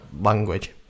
language